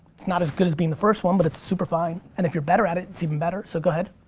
it's not as good as being the first one, but it's super fine. and if you're better at it, it's even better so go ahead.